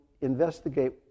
investigate